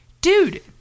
Dude